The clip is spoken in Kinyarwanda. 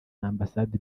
ambasade